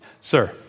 Sir